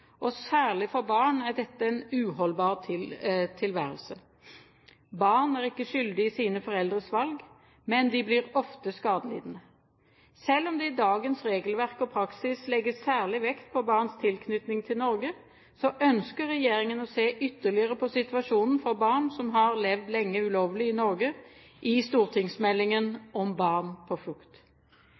og særlig for barn er dette en uholdbar tilværelse. Barn er ikke skyldig i sine foreldres valg, men de blir ofte skadelidende. Selv om det i dagens regelverk og praksis legges særlig vekt på barns tilknytning til Norge, ønsker regjeringen å se ytterligere på situasjonen for barn som har levd lenge ulovlig i Norge, i stortingsmeldingen om barn på flukt.